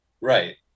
Right